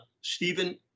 Stephen